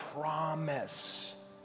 promise